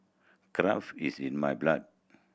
craft is in my blood